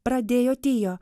pradėjo tio